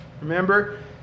Remember